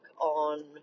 on